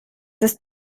ist